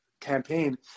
campaign